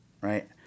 right